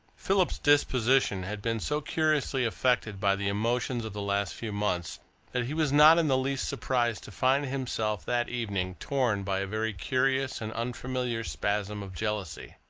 philip's disposition had been so curiously affected by the emotions of the last few months that he was not in the least surprised to find himself, that evening, torn by a very curious and unfamiliar spasm of jealousy.